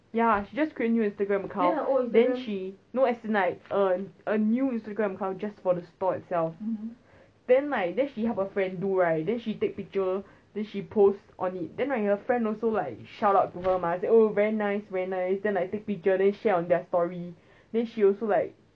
ya she just create new instagram account then she no as in like a a new instagram account just for the store itself then like then she help a friend do right then she take picture then she posts on it then right her friend also like shout out to her mah say oh very nice when nice then like take picture then share on their story then she also like